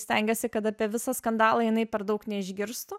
stengiasi kad apie visą skandalą jinai per daug neišgirstų